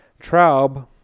Traub